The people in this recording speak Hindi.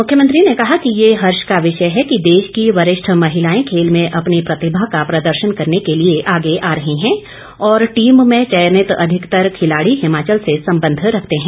मुख्यमंत्री ने कहा कि ये हर्ष का विषय है कि देश की वरिष्ठ महिलाएं खेल में अपनी प्रतिभा का प्रदर्शन करने के लिए आगे आ रही हैं और टीम में चयनित अधिकतर खिलाड़ी हिमाचल से संबंध रखते हैं